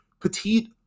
petite